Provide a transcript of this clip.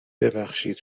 ببخشید